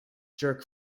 jerk